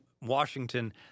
Washington